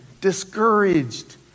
discouraged